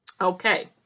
Okay